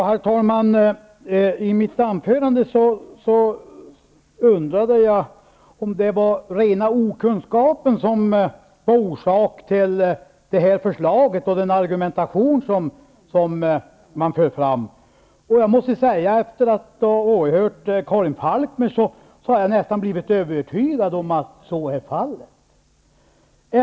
Herr talman! I mitt anförande undrade jag om det var rena okunskapen som var orsaken till förslaget och den argumentation som man för fram. Efter att ha åhört Karin Falkmers anförande har jag nästan blivit övertygad om att så är fallet.